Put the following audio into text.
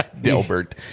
Delbert